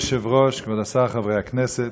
אדוני היושב-ראש, כבוד השר, חברי הכנסת,